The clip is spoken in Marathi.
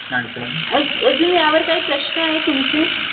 अज अजून यावर काही प्रश्न आहे तुमचे